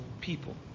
people